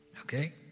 Okay